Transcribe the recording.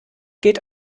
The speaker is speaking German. geht